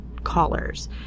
Callers